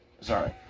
sorry